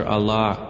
Allah